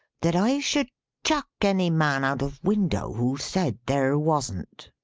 that i should chuck any man out of window, who said there wasn't.